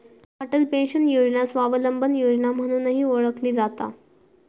Atal pension योजना स्वावलंबन योजना म्हणूनही ओळखली जाता